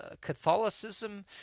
Catholicism